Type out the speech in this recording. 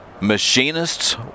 machinists